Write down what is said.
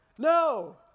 No